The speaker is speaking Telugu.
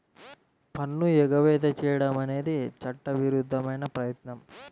పన్ను ఎగవేత చేయడం అనేది చట్టవిరుద్ధమైన ప్రయత్నం